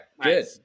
Good